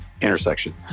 intersection